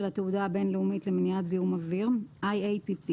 התעודה הבין-לאומית למניעת זיהום אוויר (IAPP);